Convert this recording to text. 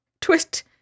twist-